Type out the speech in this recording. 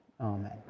Amen